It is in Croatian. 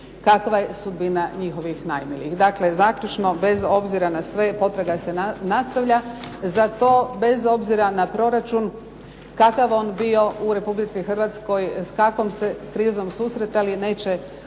kakva je sudbina njihovih najmilijih. Dakle, zaključno, bez obzira na sve, potraga se nastavlja. Za to bez obzira na proračun, kakav on bio u Republici Hrvatskoj, s kakvom se krizom susretali neće